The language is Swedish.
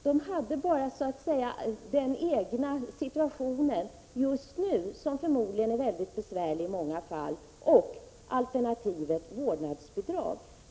De hade bara den egna situationen just då, som förmodligen var väldigt besvärlig i många fall, och alternativet vårdnadsbidrag.